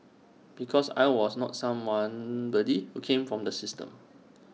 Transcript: because I was not someone body who came from the system